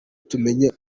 tumenye